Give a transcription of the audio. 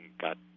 got